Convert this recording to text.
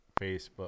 facebook